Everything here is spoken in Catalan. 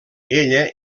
ella